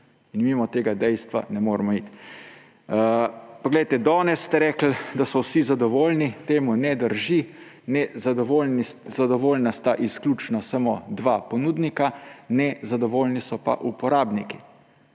in mimo tega dejstva ne moremo iti. Danes ste rekli, da so vsi zadovoljni. To ne drži. Ne, zadovoljna sta izključno samo dva ponudnika, nezadovoljni pa so uporabniki